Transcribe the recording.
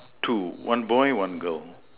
two one boy one girl